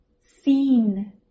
seen